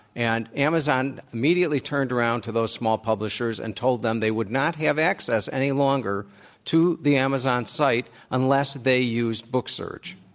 and amazon immediately turned around to those small publishers and told them they would not have access any longer to the amazon site unless they used booksurge,